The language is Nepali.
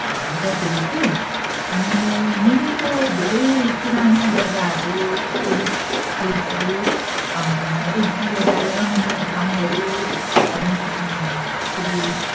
बसेको छु अनि यहाँको धेरै पुरानो जगाहरू हिस्टोरिक प्लेसहरू एक दुइवटा रमणीय ठाउँहरू अनि के अरे